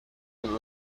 will